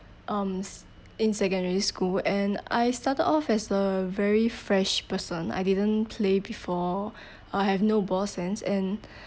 um s~ in secondary school and I started off as a very fresh person I didn't play before uh I have no ball sense and